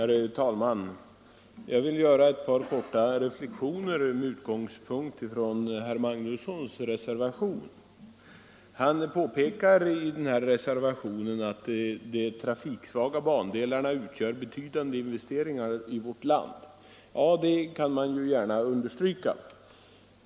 Herr talman! Jag vill göra ett par korta reflexioner med utgångspunkt från reservationen av herr Magnusson i Kristinehamn. Han påpekar i denna reservation att de trafiksvaga bandelarna utgör betydande investeringar i vårt land. Ja, det kan man gärna understryka.